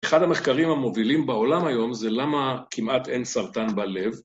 אחד המחקרים המובילים בעולם היום זה למה כמעט אין סרטן בלב.